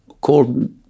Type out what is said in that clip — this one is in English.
called